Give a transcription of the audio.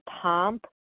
pomp